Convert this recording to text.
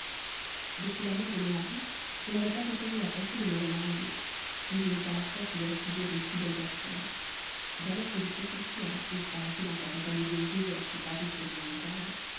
depuis la mort de mon mari je n'avais pas encore eu la pensée de me remarier mais je n'eus pas la force de refuser une si belle personne d'abord que j'eus consenti à la chose par un silence accompagné d'une rougeur qui parut sur mon visage